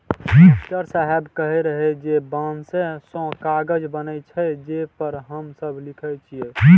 master साहेब कहै रहै जे बांसे सं कागज बनै छै, जे पर हम सब लिखै छियै